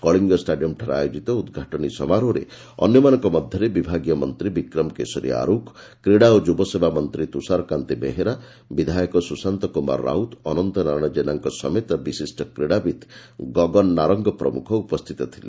କଳିଙ୍ଗ ଷ୍ଟାଡିୟମ୍ଠାରେ ଆୟୋଜିତ ଉଦ୍ଘାଟନୀ ସମାରୋହରେ ଅନ୍ୟମାନଙ୍କ ମଧ୍ଧରେ ବିଭାଗୀୟ ମନ୍ତୀ ବିକ୍ରମ କେଶରୀ ଆରୁଖ କ୍ରୀଡ଼ା ଓ ଯୁବସେବା ମନ୍ତୀ ତୁଷାରକାନ୍ତୀ ବେହେରା ବିଧାୟକ ସୁଶାନ୍ତ କୁମାର ରାଉତ ଅନନ୍ତ ନାରାୟଶ ଜେନାଙ୍କ ସମେତ ବିଶିଷ୍ କ୍ରୀଡ଼ାବିତ ଗଗନ ନାରଙ୍ଗ ପ୍ରମୁଖ ଉପସ୍ଷିତ ଥିଲେ